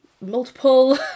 multiple